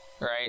right